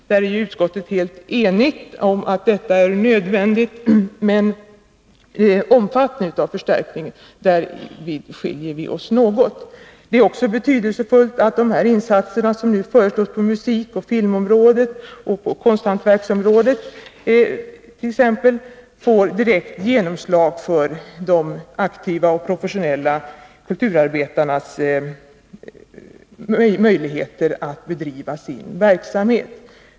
En majoritet i utskottet är ense om att detta är nödvändigt, men beträffande omfattningen av förstärkningen skiljer vi oss något åt. Det är också betydelsefullt att de insatser som föreslås när det gäller t.ex. musik, film och konsthantverk får direkt genomslag för de aktiva och professionella kulturarbetarnas möjligheter att bedriva sin verksamhet inom dessa områden.